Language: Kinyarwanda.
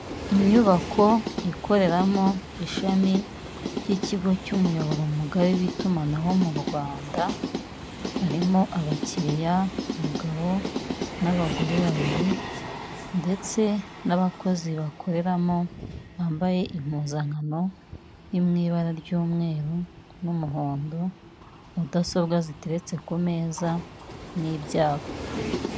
Inyubako ikoreramo ishami ry'ikigo cy'umuyoboro w'itumanaho mu Rwanda harimo abakiriya umugabo n'abagore babiri, ndetse n'abakozi bakoreramo bambaye impuzankano iri mu ibara ry'umweru n'umuhondo mudasobwa ziteretse ku meza n'ibyapa.